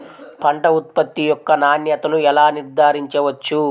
పంట ఉత్పత్తి యొక్క నాణ్యతను ఎలా నిర్ధారించవచ్చు?